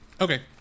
Okay